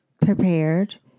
prepared